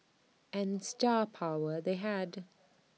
and star power they had